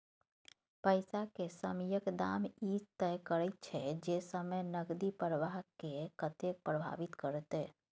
पैसा के समयक दाम ई तय करैत छै जे समय नकदी प्रवाह के कतेक प्रभावित करते